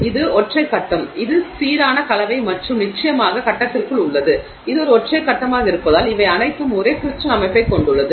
இது ஒற்றை கட்டம் இது சீரான கலவை மற்றும் நிச்சயமாக கட்டத்திற்குள் உள்ளது இது ஒரு ஒற்றை கட்டமாக இருப்பதால் இவை அனைத்தும் ஒரே கிரிஸ்டல் அமைப்பைக் கொண்டுள்ளன